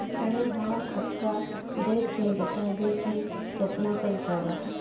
तनी हमर खतबा देख के बता दी की केतना पैसा बा?